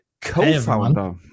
co-founder